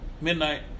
midnight